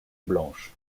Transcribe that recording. blanche